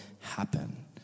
happen